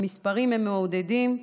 המספרים הם מעודדים.